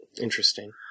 Interesting